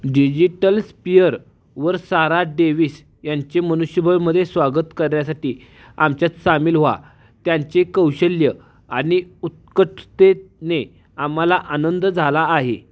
DigitalSphere वर Sara Davis यांचे मनुष्यबळमध्ये स्वागत करण्यासाठी आमच्यात सामील व्हा त्यांचे कौशल्य आणि उत्कटतेने आम्हाला आनंद झाला आहे